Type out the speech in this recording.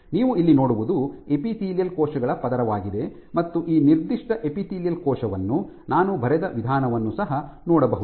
ನೀವು ಇಲ್ಲಿ ನೋಡುವುದು ಎಪಿತೀಲಿಯಲ್ ಕೋಶಗಳ ಪದರವಾಗಿದೆ ಮತ್ತು ಈ ನಿರ್ದಿಷ್ಟ ಎಪಿತೀಲಿಯಲ್ ಕೋಶವನ್ನು ನಾನು ಬರೆದ ವಿಧಾನವನ್ನು ಸಹ ನೋಡಬಹುದು